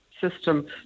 system